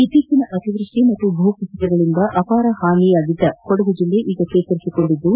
ಇತ್ತೀಚಿನ ಅತಿವೃಷ್ಟಿ ಮತ್ತು ಭೂ ಕುಸಿತಗಳಿಂದ ಅಪಾರ ಹಾನಿ ಅನುಭವಿಸಿದ್ದ ಕೊಡಗು ಜೆಲ್ಲೆ ಈಗ ಜೇತರಿಸಿಕೊಂಡಿದ್ದು